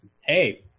hey